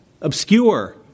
obscure